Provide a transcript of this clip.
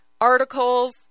articles